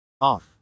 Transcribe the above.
Off